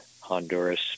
Honduras